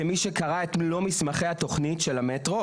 כמי שקרא את כל מסמכי התוכנית של המטרו,